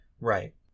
Right